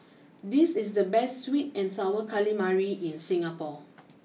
this is the best sweet and Sour Calamari in Singapore